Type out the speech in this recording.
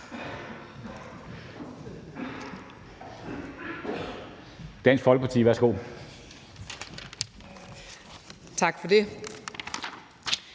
Dansk Folkeparti også